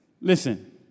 Listen